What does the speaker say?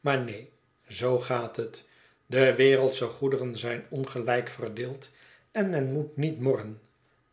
maar neen zoo gaat het de wereldsche goederen zijn ongelijk verdeeld en men moet niet morren